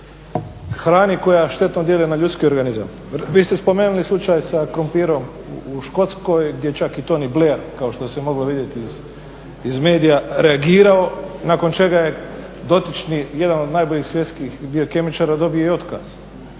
hrani koja štetno djeluje na ljudski organizam. Vi ste spomenuli slučaj sa krumpirom u Škotskoj, gdje je čak i Tony Blair kao što se moglo vidjeti iz medija, reagirao nakon čega je dotični, jedan od najboljih svjetskih biokemičara dobio i otkaz